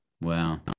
Wow